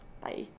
Bye